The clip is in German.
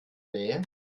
nähe